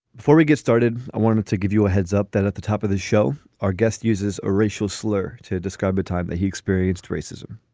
we get started, i wanted to give you a heads up that at the top of the show, our guest uses a racial slur to describe a time that he experienced racism